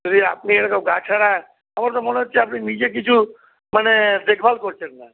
যদি আপনি এরকম গা ছাড়া আমার তো মনে হচ্ছে আপনি নিজে কিছু মানে দেখভাল করছেন না